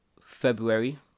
February